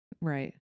Right